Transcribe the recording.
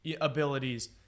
abilities